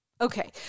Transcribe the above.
Okay